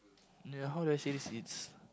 ya how do I say this it's